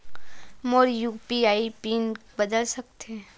का मोर UPI pin बदल सकथे?